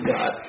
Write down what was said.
God